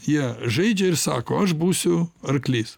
jie žaidžia ir sako aš būsiu arklys